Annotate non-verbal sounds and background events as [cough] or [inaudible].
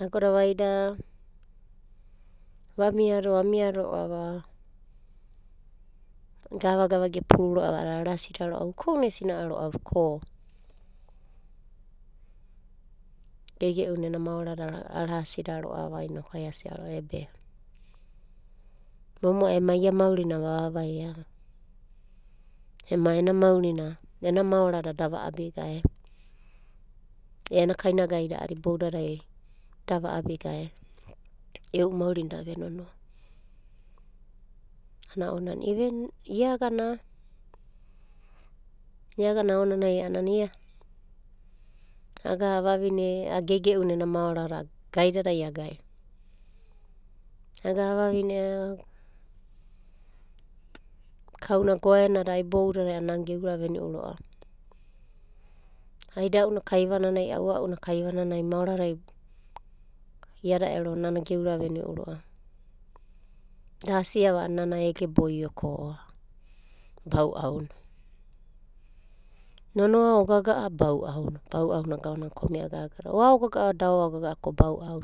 Agoda vaida vamida vamiado amia ro'ava gavagava gepuru ro'ava a'ada arasida ro'ava uko'una esina'a ro'ava ko geigei'una ena maorada arasida ro'ava inokai ai asia ro'ava ebe momo'ai ema ia maurina vava vaia ema ena maurina, ena maorada da va'abi gae e'u maurina da venonoa. Ana ounanai iven iagana iagana aonanai a'ana ia agana aga avavine, geigei'una ena maorada gaidadai a gai. Aga avavine [hesitation] kauna goaenada iboudadai a'ana geura veni'u ro'a. Aida'una kaivananai, aua'una kaivananai maorada iada ero nana geura veni'u ro'ava. Da asiava nana ege boio ko bau'auna, nonoa o gaga'a ko bau'auna. Bau'auna gavana kome'a korikori nana, o aogaga'a va o da oaogaga'ava ko bau'au.